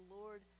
Lord